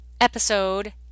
episode